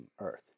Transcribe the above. Earth